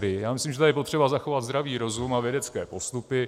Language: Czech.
Já myslím, že je tady potřeba zachovat zdravý rozum a vědecké postupy.